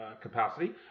capacity